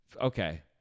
okay